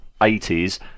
80s